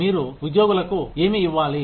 మీరు ఉద్యోగులకు ఏమి ఇవ్వాలి